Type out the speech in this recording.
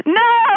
no